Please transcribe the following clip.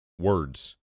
Words